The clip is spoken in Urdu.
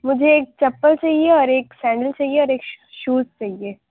مجھے ایک چپل چاہیے اور ایک سینڈل چاہیے اور ایک شوز چاہیے